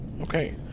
Okay